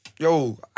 Yo